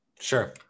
Sure